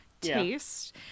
taste